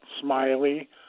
Smiley